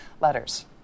letters